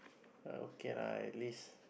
okay lah at least